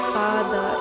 father